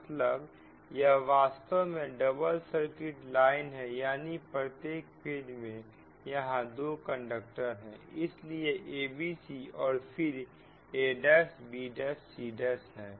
मतलब यह वास्तव में डबल सर्किट लाइन है यानी प्रत्येक फेज मैं यहां दो कंडक्टर हैं इसलिए a b c और फिर a' b' cहै